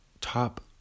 top